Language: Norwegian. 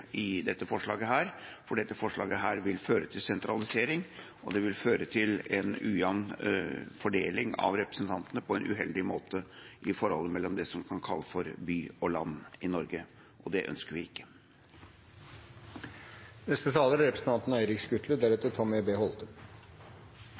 i dette forslaget. Dette forslaget vil føre til sentralisering, og det vil føre til en ujevn fordeling av representantene på en måte som er uheldig for forholdet mellom det en kan kalle for by og land i Norge. Det ønsker vi